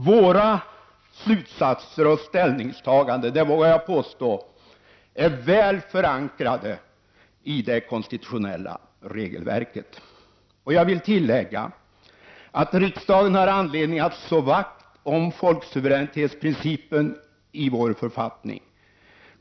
Våra slutsatser och ställningstaganden — det vågar jag påstå — är väl förankrade i det konstitutionella regelverket. Dessutom har riksdagen anledning att slå vakt om folksuveränitetsprincipen i vår författning.